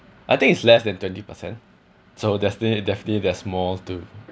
I think it's less than twenty percent so definitely definitely that's small to